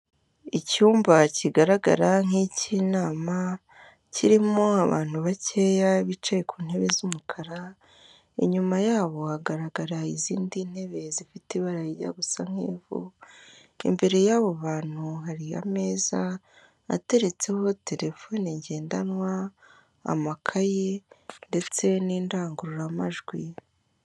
Icyumba kigaragara nkik'inama kirimo abantu bakeya bicaye ku ntebe z'umukara, inyuma y'aho hagaragara izindi ntebe z'ifite ibara rijya gusa nk'ivu, imbere yabo bantu hari ameza ateretseho terefone njyendanwa, amakayi, ndetse n'indangururamajwi.